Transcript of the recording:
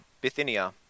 Bithynia